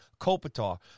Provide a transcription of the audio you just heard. Kopitar